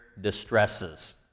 distresses